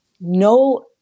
no